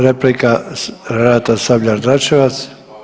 Replika, Renata Sabljar Dračevac.